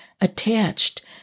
attached